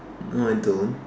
no I don't